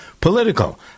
political